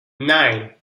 nine